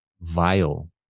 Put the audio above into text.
vile